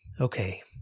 Okay